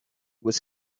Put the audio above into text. was